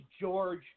George –